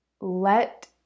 let